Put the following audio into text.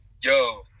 Yo